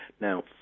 Now